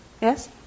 Yes